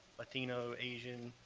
latino, asian,